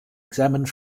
examined